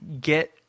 get